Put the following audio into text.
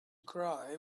cry